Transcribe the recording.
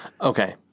Okay